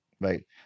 right